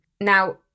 Now